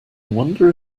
wonder